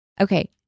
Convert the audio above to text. Okay